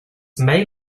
may